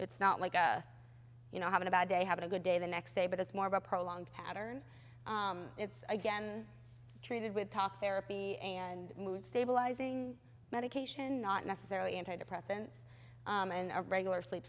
it's not like you know having a bad day have a good day the next day but it's more of a prolonged pattern it's again treated with talk therapy and mood stabilizing medication not necessarily antidepressants and a regular sleep